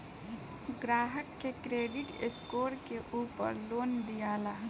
ग्राहक के credit score के उपर लोन दियाला